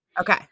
Okay